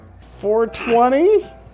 420